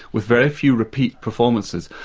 with very few repeat performances.